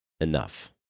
enough